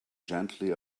gently